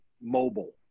mobile